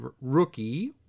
rookie